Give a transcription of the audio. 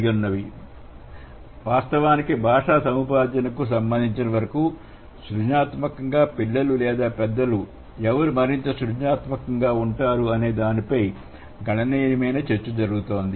మరియు వాస్తవానికి భాషా సముపార్జనకు సంబంధించిన వరకు సృజనాత్మకంగా పిల్లలు లేదా పెద్దలు ఎవరు మరింత సృజనాత్మకంగా ఉంటారు అనే దానిపై గణనీయమైన చర్చ జరుగుతోంది